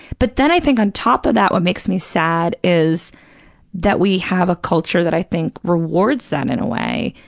but then i think on top of that what makes me sad is that we have a culture that i think rewards them in a way,